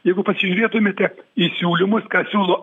jeigu pasižiūrėtumėte į siūlymus ką siūlo